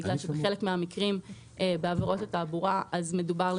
בחלק מהמקרים בעבירות התעבורה מדובר,